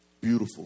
beautiful